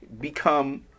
become